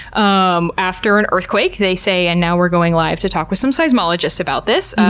um after an earthquake they say, and now we're going live to talk with some seismologists about this.